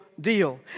deal